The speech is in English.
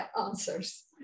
answers